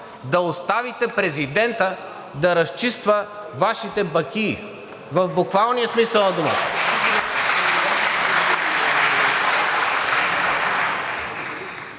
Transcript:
Да оставите президента да разчиства Вашите бакии, в буквалния смисъл на думата.